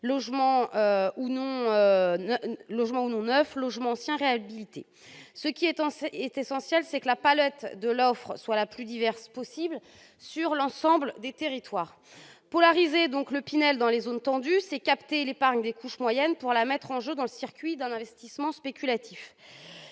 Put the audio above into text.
sociale ou non, logements anciens réhabilités. Ce qui est essentiel, c'est que la palette de l'offre soit la plus diverse possible sur l'ensemble des territoires. Polariser le Pinel sur les zones tendues, c'est capter l'épargne des couches moyennes pour la cantonner dans le circuit de l'investissement spéculatif.